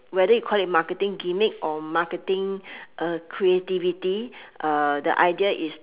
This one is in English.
whether you call it marketing gimmick or marketing uh creativity uh the idea is